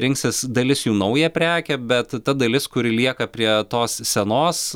rinksis dalis jų naują prekę bet ta dalis kuri lieka prie tos senos